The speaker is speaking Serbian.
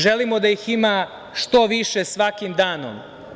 Želimo da ih ima što više svakim danom.